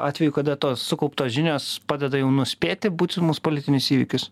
atvejų kada tos sukauptos žinios padeda jau nuspėti būsimus politinius įvykius